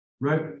Right